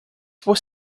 was